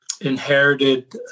inherited